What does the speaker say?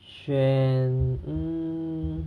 选 hmm